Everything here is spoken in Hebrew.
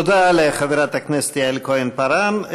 תודה לחברת הכנסת יעל כהן-פארן.